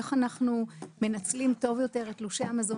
איך אנחנו מנצלים טוב יותר את תלושי המזון,